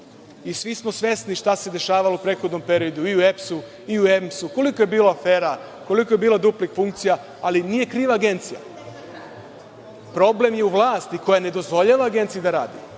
i svi smo svesni šta se dešavalo u prethodnom periodu i u EPS-u i u EMS-u, koliko je bilo afera, koliko je bilo duplih funkcija. Ali, nije kriva Agencija, problem je u vlasti koja ne dozvoljava Agenciji da radi